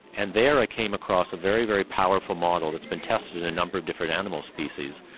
and there i came across a very, very powerful model that's been tested in a number of different animal species,